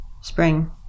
spring